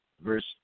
verse